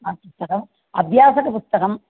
वाक् पुस्तकम् अभ्यासपुस्तकं